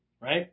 right